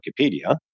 Wikipedia